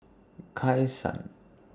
Kai San